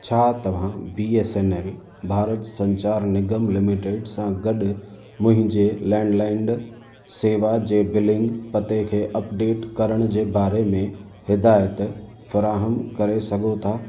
छा तव्हां B S N L Bharat Sanchar Nigam limited सां गॾु मुंहिंजे लैंडलाईंड सेवा जे बिलिंग खे अपडेट करण जे बारे में हिदायत फ़राहमु करे सघो था